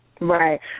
Right